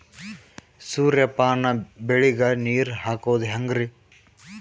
ಸೂರ್ಯಪಾನ ಬೆಳಿಗ ನೀರ್ ಹಾಕೋದ ಹೆಂಗರಿ?